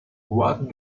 what